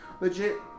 legit